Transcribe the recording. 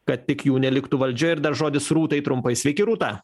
kad tik jų neliktų valdžioj ir dar žodis rūtai trumpai sveiki rūta